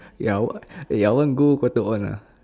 ya what eh I want go Cotton On uh